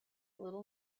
little